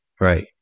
Right